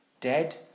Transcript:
dead